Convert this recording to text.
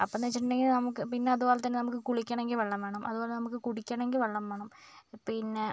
അപ്പോഴെന്ന് വെച്ചിട്ടുണ്ടെങ്കിൽ നമുക്ക് പിന്നെ അതുപോലെ തന്നെ നമുക്ക് കുളിക്കണമെങ്കിൽ നമുക്ക് വെള്ളം വേണം അതുപോലെ നമുക്ക് കുടിക്കണം എങ്കിൽ വെള്ളം വേണം പിന്നെ